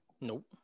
Nope